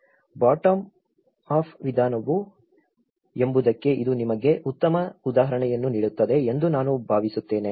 bottom up ವಿಧಾನವು ಹೇಗೆ ಎಂಬುದಕ್ಕೆ ಇದು ನಿಮಗೆ ಉತ್ತಮ ಉದಾಹರಣೆಯನ್ನು ನೀಡುತ್ತದೆ ಎಂದು ನಾನು ಭಾವಿಸುತ್ತೇನೆ